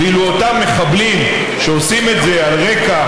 ואילו אותם מחבלים שעושים את זה על רקע,